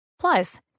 Plus